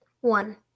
One